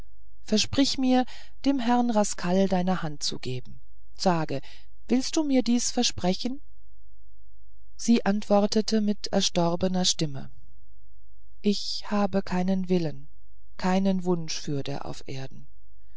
versprich mir dem herrn rascal deine hand zu geben sage willst du mir dies versprechen sie antwortete mit erstorbener stimme ich habe keinen willen keinen wunsch fürder auf erden